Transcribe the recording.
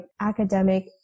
academic